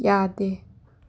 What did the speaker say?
ꯌꯥꯗꯦ